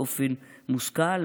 באופן מושכל,